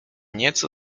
nieco